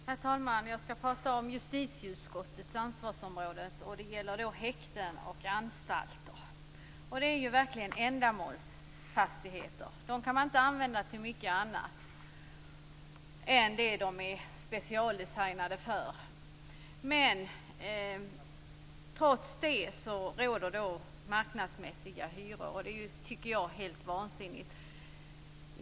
Herr talman! Jag skall beröra justitieutskottets ansvarsområde, som här avser häkten och anstalter. Dessa byggnader är verkligen ändamålsfastigheter. Man kan inte använda dem till mycket annat än det som de är specialdesignade för. Trots det uttas marknadsmässiga hyror, vilket jag tycker är helt vansinnigt.